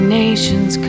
nations